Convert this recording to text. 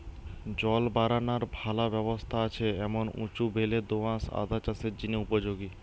জল বারানার ভালা ব্যবস্থা আছে এমন উঁচু বেলে দো আঁশ আদা চাষের জিনে উপযোগী